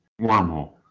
Wormhole